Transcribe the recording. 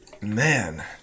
Man